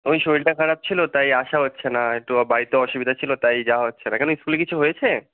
ওই শরীরটা খারাপ ছিলো তাই আসা হচ্ছে না তো বাড়িতে অসুবিধা ছিলো তাই যাওয়া হচ্ছে না কেন স্কুলে কিছু হয়েছে